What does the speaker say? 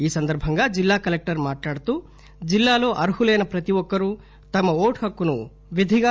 ఈ సందర్భంగా జిల్లా కలెక్టర్ మాట్లాడుతూ జిల్లాలో అర్హులైన ప్రతి ఒక్కరూ తమ ఓటు హక్కును విధిగా